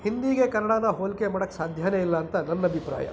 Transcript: ಹಿಂದಿಗೆ ಕನ್ನಡಾನ ಹೋಲಿಕೆ ಮಾಡಕ್ಕೆ ಸಾಧ್ಯನೇ ಇಲ್ಲ ಅಂತ ನನ್ನ ಅಭಿಪ್ರಾಯ